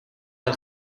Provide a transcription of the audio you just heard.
del